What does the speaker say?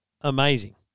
amazing